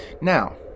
Now